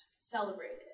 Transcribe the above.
celebrated